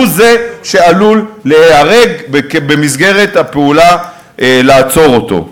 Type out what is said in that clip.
שעלול להיהרג במסגרת הפעולה שתיעשה כדי לעצור אותו.